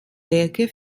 werke